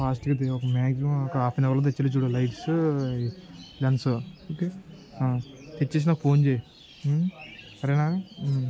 ఫాస్ట్గా ఒక మ్యాక్సిమం ఒక హాఫ్ అన్ అవర్లో తెచ్చేలాగ చూడు లైట్స్ లెన్స్ ఓకే తెచ్చేచ్చి నాకు ఫోన్ చేయి సరేనా